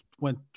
went